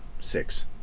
six